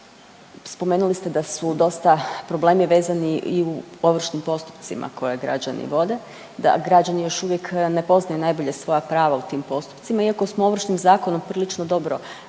spomenuli ste da su dosta problemi vezani i u ovršnim postupcima koje građani vode, da građani još uvijek ne poznaju najbolje svoja prava u tim postupcima, iako smo Ovršnim zakonom prilično dobro riješili